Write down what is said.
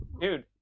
Dude